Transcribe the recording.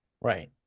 Right